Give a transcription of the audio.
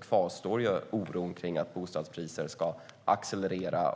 kvarstår oron för att bostadspriserna ska accelerera.